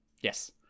Yes